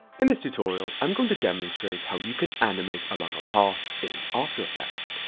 in this tutorial, i'm going to demonstrate how you can animate along a path in after effects.